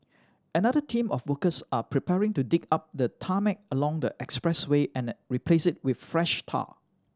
another team of workers are preparing to dig up the tarmac along the expressway and replace it with fresh tar